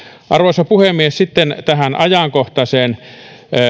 arvoisa puhemies sitten tähän ajankohtaiseen